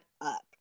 up